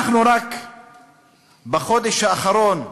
רק בחודש האחרון,